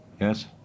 yes